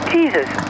Jesus